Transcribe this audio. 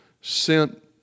sent